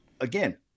Again